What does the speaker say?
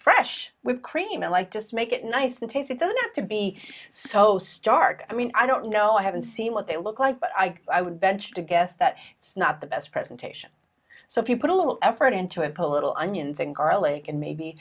fresh with cream and like just make it nice to taste it doesn't have to be so stark i mean i don't know i haven't seen what they look like but i i would venture to guess that it's not the best presentation so if you put a little effort into a political onions and garlic and maybe